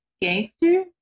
gangster